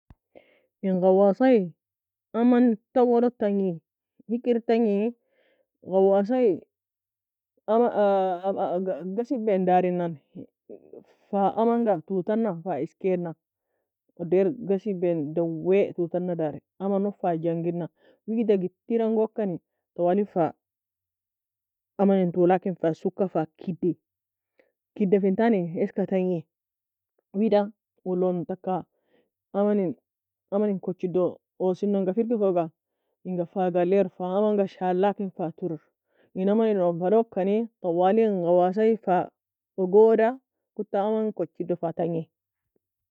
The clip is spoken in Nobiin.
In غواصة aman tawe log tagni, hikir tagni? غواصة amn aa ghasibe darinani, fa amanga toue tana fa eskiena, odour ghasiben dawei toue tana dari, amanog fa jangina, wida gittira'ngokani, twali fa amanin toueakin fa souka fa kidi, Keddafintani eska tagnin. Wida uulon taka amanin kochididoe osien'nanga firgikoga, inga fa galir, fa amanga shallakin fa tturru in amanilon falokani, twali in غواصة fa ogoda kuta aman kochido fa tagni.